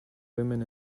women